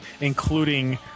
including